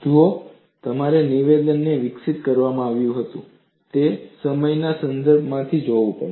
જુઓ તમારે નિવેદનને વિકસિત કરવામાં આવ્યું હતું તે સમયના સંદર્ભમાંથી જોવું પડશે